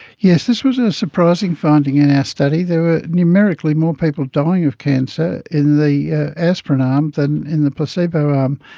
yes, this was a surprising finding in our study. there were numerically more people dying of cancer in the aspirin arm um than in the placebo arm.